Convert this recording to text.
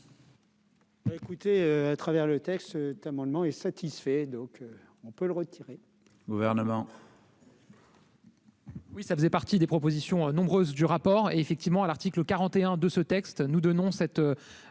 écoutez à travers le texte d'amendement est satisfait, donc on peut le retirer. Gouvernement. Oui, ça faisait partie des propositions nombreuses du rapport et effectivement à l'article 41 de ce texte, nous donnons cette